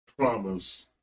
traumas